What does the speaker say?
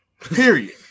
Period